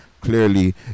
clearly